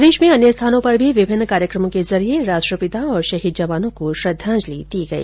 प्रदेश में अन्य स्थानों पर भी विभिन्न कार्यक्रमों के जरिये राष्ट्रपिता और शहीद जवानों को श्रद्वाजंलि दी गई